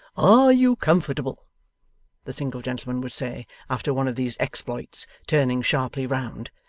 are you comfortable the single gentleman would say after one of these exploits, turning sharply round.